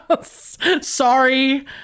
sorry